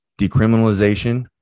decriminalization